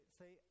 say